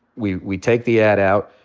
we we take the ad out,